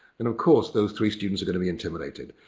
and of course those three students are gonna be intimidated.